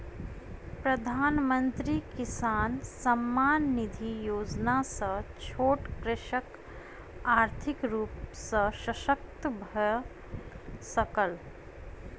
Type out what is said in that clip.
प्रधानमंत्री किसान सम्मान निधि योजना सॅ छोट कृषक आर्थिक रूप सॅ शशक्त भअ सकल